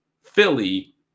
Philly